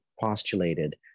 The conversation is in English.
postulated